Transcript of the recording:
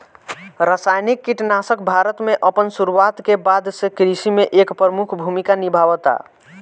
रासायनिक कीटनाशक भारत में अपन शुरुआत के बाद से कृषि में एक प्रमुख भूमिका निभावता